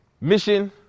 Mission